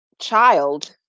child